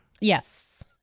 Yes